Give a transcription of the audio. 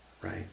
right